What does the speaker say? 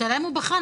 השאלה אם הוא בחן.